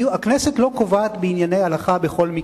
הכנסת לא קובעת בענייני הלכה בכל מקרה.